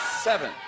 Seven